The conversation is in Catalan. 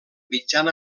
mitjan